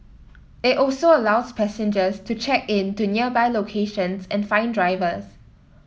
it also allows passengers to check in to nearby locations and find drivers